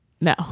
No